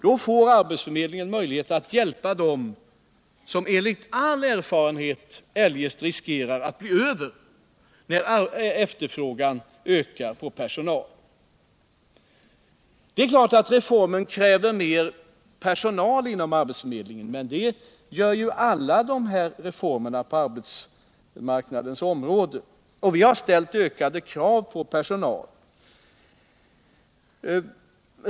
Då får arbetsförmedlingen möjlighet att hjälpa dem som enligt all erfarenhet eljest riskerar att bli över när efterfrågan på personal ökar. Det är klart att reformen kräver mer personal inom arbetsförmedlingen, men det gör ju alla de här reformerna på arbetsmarknadens område, och vi har ställt krav på mer personal.